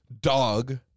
Dog